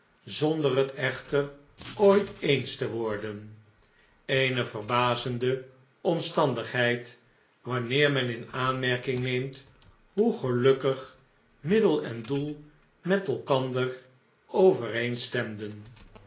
zonder het echter ooit eens te worden eene verbazende omstandigheid wanneer men in aanmerking neemt hoe gelukkig middel en doel met elkander